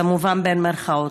כמובן במירכאות,